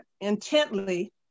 intently